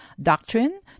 doctrine